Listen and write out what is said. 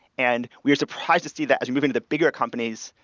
and we're surprised to see that as we move into the bigger companies,